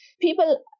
People